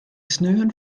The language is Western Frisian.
sneon